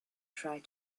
tried